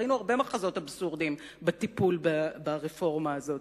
וראינו הרבה מחזות אבסורדיים בטיפול ברפורמה הזאת,